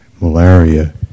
malaria